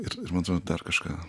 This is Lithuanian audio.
ir ir man atrodo dar kažką